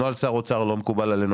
נוהל שר אוצר לא מקובל עלינו,